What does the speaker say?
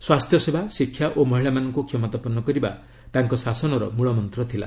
ସ୍ୱାସ୍ଥ୍ୟସେବା ଶିକ୍ଷା ଓ ମହିଳାମାନଙ୍କୁ କ୍ଷମତାପନ୍ନ କରିବା ତାଙ୍କ ଶାସନର ମୂଳମନ୍ତ୍ର ଥିଲା